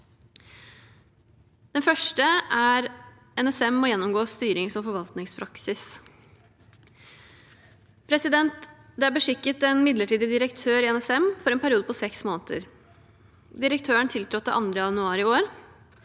Det første punktet er: «NSM må gjennomgå styrings- og forvaltningspraksis». Det er beskikket en midlertidig direktør i NSM for en periode på seks måneder. Direktøren tiltrådte 2. januar i år.